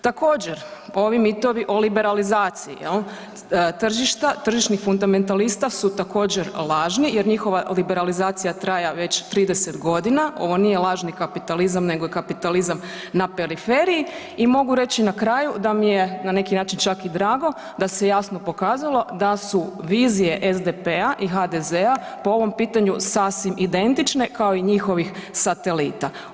Također, ovi mitovi o liberalizaciji jel', tržišta, tržišnih fundamentalista su također lažni jer njihova liberalizacija traje već 30 g., ovo nije lažni kapitalizam nego je kapitalizam na periferiji i mogu reći na kraju da mi je na neki način čak i drago da se jasno pokazalo da su vizije SDP-a i HDZ-a po ovom pitanju sasvim identične kao i njihovih satelita.